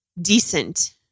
decent